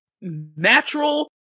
natural